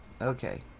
okay